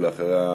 ואחריה,